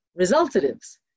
resultatives